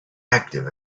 active